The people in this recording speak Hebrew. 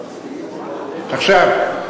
עכשיו,